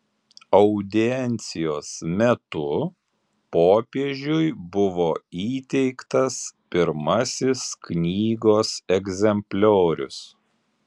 audiencijos metu popiežiui buvo įteiktas pirmasis knygos egzempliorius